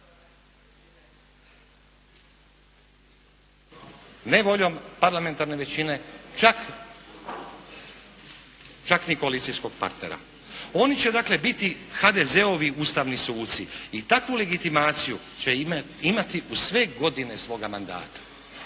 ne voljom parlamentarne većine čak ni koalicijskog partnera. Oni će dakle biti HDZ-ovi ustavni suci i takvu legitimaciju će imati u sve godine svoga mandata.